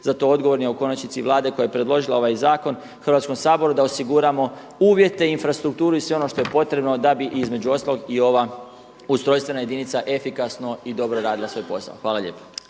za to odgovorni, a u konačnici Vlade koja je predložila ovaj zakon Hrvatskom saboru da osiguramo uvjete, infrastrukturu i sve ono što je potrebno da bi između ostalog i ova ustrojstvena jedinica efikasno i dobro radila svoj posao. Hvala lijepo.